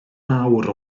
mawr